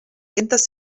centes